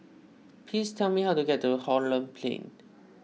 please tell me how to get to Holland Plain